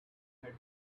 had